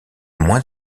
moins